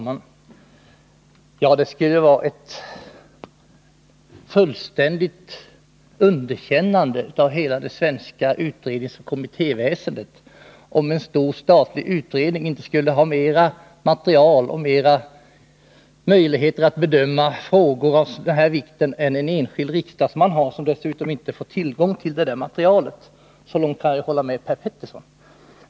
Herr talman! Det skulle vara ett fullständigt underkännande av hela det svenska utredningsoch kommittéväsendet om en stor statlig utredning inte skulle ha mer material och större möjligheter att bedöma frågor av den här vikten än en enskild riksdagsman har, som dessutom inte får tillgång till materialet. Så långt kan jag hålla med Per Petersson.